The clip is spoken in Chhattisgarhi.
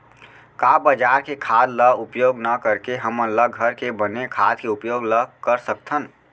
का बजार के खाद ला उपयोग न करके हमन ल घर के बने खाद के उपयोग ल कर सकथन?